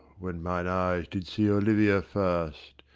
when mine eyes did see olivia first,